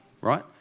right